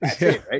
Right